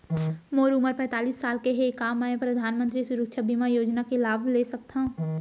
मोर उमर पैंतालीस साल हे का मैं परधानमंतरी सुरक्षा बीमा योजना के लाभ ले सकथव?